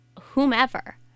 whomever